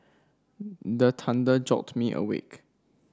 the thunder jolt me awake